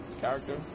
character